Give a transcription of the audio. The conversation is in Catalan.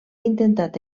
intentat